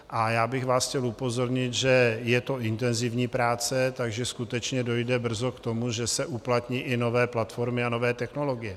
A já bych vás chtěl upozornit, že je to intenzivní práce, takže skutečně dojde brzy k tomu, že se uplatní i nové platformy a nové technologie.